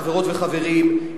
חברות וחברים,